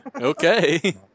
Okay